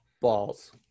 balls